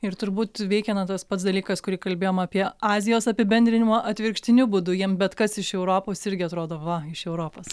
ir turbūt veikia na tas pats dalykas kurį kalbėjom apie azijos apibendrinimą atvirkštiniu būdu jiem bet kas iš europos irgi atrodo va iš europos